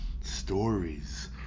stories